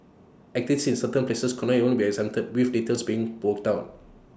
activities in certain places could even be exempt with details being worked out